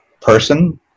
person